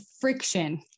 friction